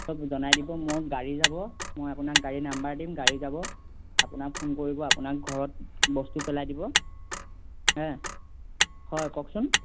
সব জনাই দিব মোৰ গাড়ী যাব মই আপোনাক গাড়ী নাম্বাৰ দিম গাড়ী যাব আপোনাক ফোন কৰিব আপোনাক ঘৰত বস্তু পেলাই দিব হে হয় কওকচোন